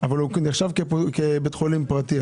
הוא נחשב כבית חולים פרטי.